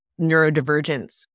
neurodivergence